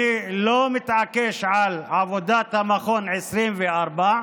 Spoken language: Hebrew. אני לא מתעקש על כך שעבודת המכון תהיה 24 שעות,